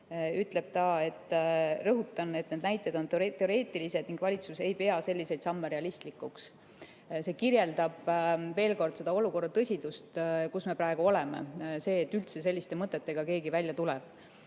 ütleb: rõhutan, et need näited on teoreetilised ning valitsus ei pea selliseid samme realistlikuks. See kirjeldab veel kord selle olukorra tõsidust, kus me praegu oleme – see, et üldse selliste mõtetega keegi välja tuleb.